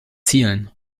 zielen